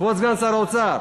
כבוד סגן שר האוצר,